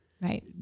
Right